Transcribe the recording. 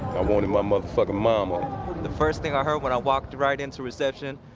i wanted my motherfucking mama the first thing i heard when i walked right into reception,